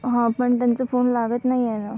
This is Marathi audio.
हं पण त्यांचं फोन लागत नाही आहे ना